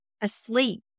asleep